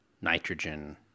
nitrogen